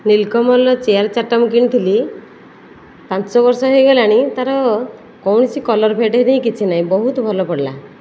ନୀଲ୍କମଲ୍ର chair ଚାରିଟା ମୁଁ କିଣିଥିଲି ପାଞ୍ଚ ବର୍ଷ ହୋଇଗଲାଣି ତାର କୌଣସି କଲର୍ ଫେଡ଼୍ ହୋଇନି କିଛି ନାଇଁ ବହୁତ ଭଲ ପଡ଼ିଲା